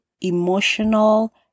emotional